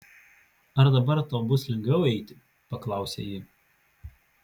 ar dabar tau bus lengviau eiti paklausė ji